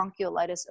bronchiolitis